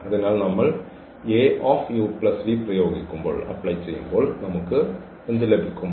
അതിനാൽ നമ്മൾ പ്രയോഗിക്കുമ്പോൾ നമുക്ക് എന്ത് ലഭിക്കും